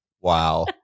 Wow